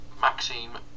Maxime